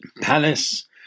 palace